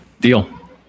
deal